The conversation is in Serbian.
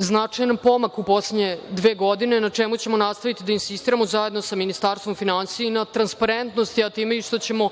značajan pomak u poslednje dve godine, na čemu ćemo nastaviti da insistiramo zajedno sa Ministarstvom finansija i na transparentnosti, a time i što ćemo